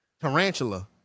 Tarantula